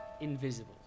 invisible